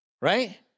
Right